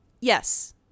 yes